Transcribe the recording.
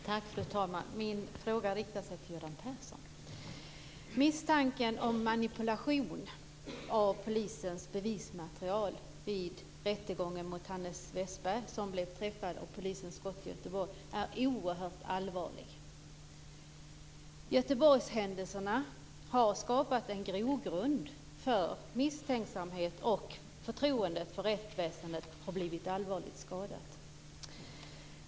Fru talman! Min fråga riktar sig till Göran Persson. Misstanken om manipulation av polisens bevismaterial vid rättegången mot Hannes Westberg, som blev träffad av polisens skott i Göteborg, är oerhört allvarlig. Göteborgshändelserna har skapat en grogrund för misstänksamhet, och förtroendet för rättsväsendet har blivit allvarligt skadat.